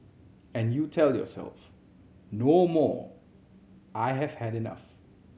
and you tell yourself no more I have had enough